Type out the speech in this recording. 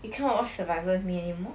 you cannot watch survival with me anymore